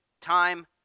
time